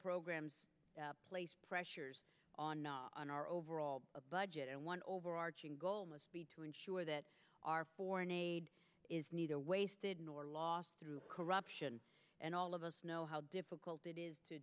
programs place pressures on our overall budget and one overarching goal must be to ensure that our foreign aid is neither wasted nor lost through corruption and all of us know how difficult it is to